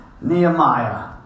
Nehemiah